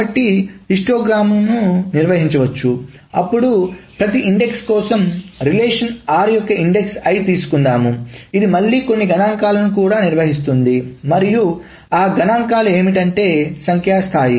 కాబట్టి హిస్టోగ్రాంను నిర్వహించవచ్చు అప్పుడు ప్రతి ఇండెక్స్ కోసం రిలేషన్ r యొక్క ఇండెక్స్ I తీసుకుందాము ఇది మళ్ళీ కొన్ని గణాంకాలను కూడా నిర్వహిస్తుంది మరియు ఆ గణాంకాలు ఏమిటంటే సంఖ్య స్థాయి